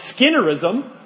skinnerism